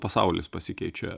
pasaulis pasikeičia